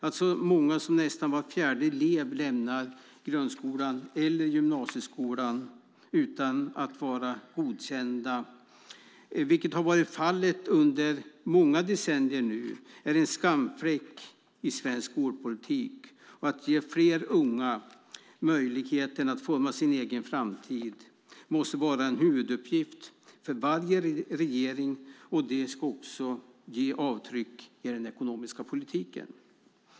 Att så många som nästan var fjärde elev lämnar grundskolan eller gymnasieskolan utan att vara godkända, vilket varit fallet under många decennier, är en skamfläck i svensk skolpolitik. Att ge fler unga möjlighet att forma sin egen framtid måste vara en huvuduppgift för varje regering, och det ska även ge avtryck i den ekonomiska politiken.